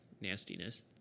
nastiness